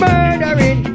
Murdering